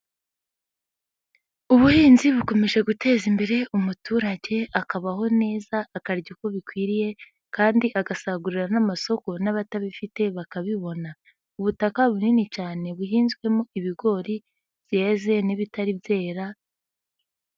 Ubuhinzi bukomeje guteza imbere umuturage akabaho neza, akarya uko bikwiriye kandi agasagurira n'amasoko n'abatabifite bakabibona, ubutaka bunini cyane buhinzwemo ibigori byeze n'ibitari byera.